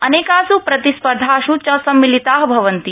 अनेकासु प्रतिस्पर्धासु च सम्मिलिता भविष्यन्ति